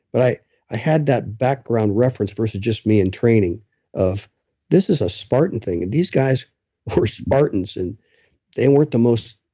but i i had that background reference versus just me and training of this is a spartan thing, and these guys were spartans and they weren't the most